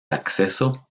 acceso